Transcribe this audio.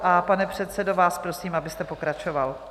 A pane předsedo, vás prosím, abyste pokračoval.